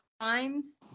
times